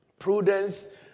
Prudence